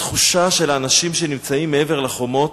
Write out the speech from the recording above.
התחושה של אנשים שנמצאים מעבר לחומות,